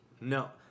No